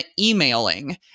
emailing